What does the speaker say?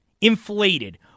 inflated